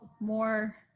more